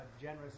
generous